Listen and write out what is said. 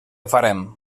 farem